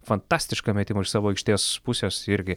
fantastišką metimą iš savo aikštės pusės irgi